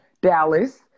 Dallas